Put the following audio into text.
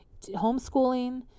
homeschooling